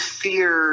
fear